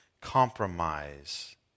compromise